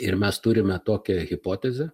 ir mes turime tokią hipotezę